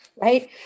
right